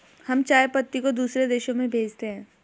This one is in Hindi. हम चाय पत्ती को दूसरे देशों में भेजते हैं